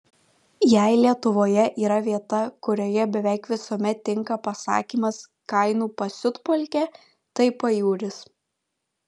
jei lietuvoje yra vieta kurioje beveik visuomet tinka pasakymas kainų pasiutpolkė tai pajūris